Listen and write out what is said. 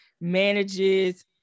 manages